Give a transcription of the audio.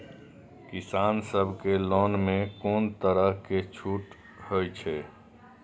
किसान सब के लोन में कोनो तरह के छूट हे छे?